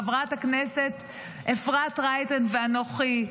חברת הכנסת אפרת רייטן ואנוכי,